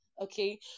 Okay